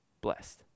blessed